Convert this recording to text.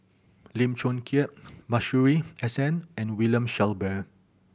Lim Chong Keat Masuri S N and William Shellabear